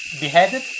beheaded